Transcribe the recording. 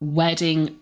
wedding